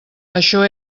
això